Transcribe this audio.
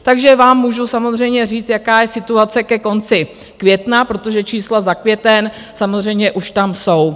Takže vám můžu samozřejmě říct, jaká je situace ke konci května, protože čísla za květen samozřejmě už tam jsou.